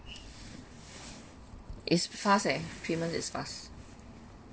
is fast eh payment is fast